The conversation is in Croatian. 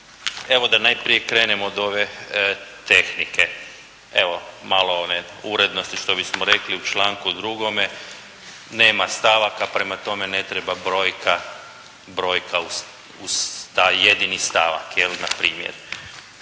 Evo da najprije krenem od ove tehnike. Evo, malo one urednosti što bismo rekli. U članku 2. nema stavaka, prema tome ne treba brojka uz taj jedini stavak, npr.